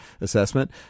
assessment